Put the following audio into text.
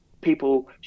people